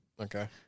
Okay